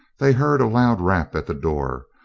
they heard a loud rap at the door,